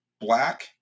black